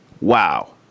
Wow